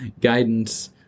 guidance